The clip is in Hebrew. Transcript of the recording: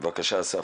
בבקשה, אסף.